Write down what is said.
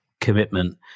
commitment